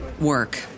work